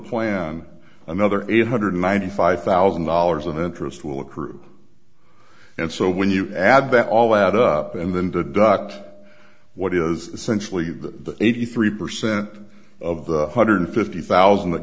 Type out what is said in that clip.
plan another eight hundred ninety five thousand dollars of interest will accrue and so when you add that all that up and then deduct what is essentially the eighty three percent of the hundred fifty thousand that